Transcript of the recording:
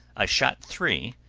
i shot three,